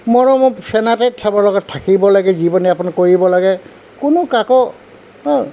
মৰমত চেনাতে চবৰ লগত থাকিব লাগে জীৱন যাপন কৰিব লাগে কোনো কাকো হাঁ